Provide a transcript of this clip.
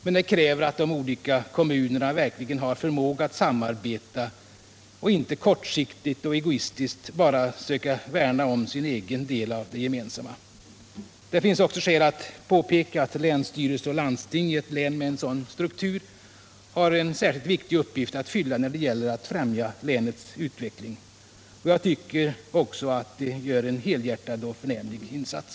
Men den kräver att de olika kommunerna verkligen har förmåga att samarbeta och inte kortsiktigt och egoistiskt bara söker värna om sin egen del av det gemensamma. Det finns också skäl att påpeka att länsstyrelse och landsting i ett län med en sådan struktur har en särskilt viktig uppgift att fylla när det gäller att främja länets utveckling. Och jag tycker också att de gör en helhjärtad och förnämlig insats.